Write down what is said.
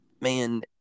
Man